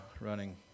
running